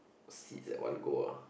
seeds that one go ah